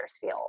feel